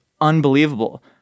unbelievable